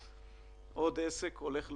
עוד עסק הולך לעולמו,